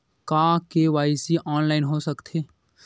का KYC online हो सकथे?